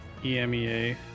EMEA